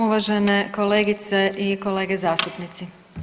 Uvažene kolegice i kolege zastupnici.